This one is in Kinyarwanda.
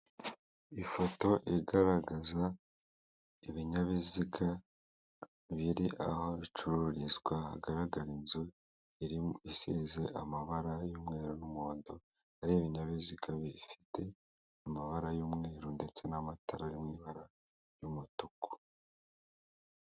Ifoto igaragaza ibinyabiziga biri aho bicururizwa hagaragara inzu iri isize amabara y'umweru n'umuhondo ari ibinyabiziga bifite amabara y'umweru, ndetse n'amatara mu ibara ry'umutuku.